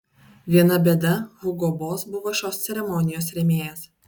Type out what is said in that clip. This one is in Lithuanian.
viena bėda hugo boss buvo šios ceremonijos rėmėjas